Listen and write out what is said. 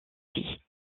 vie